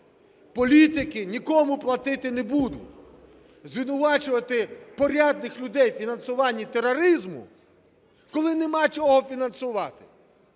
Політики нікому платити не будуть. Звинувачувати порядних людей у фінансуванні тероризму, коли нема чого фінансувати.